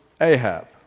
Ahab